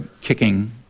kicking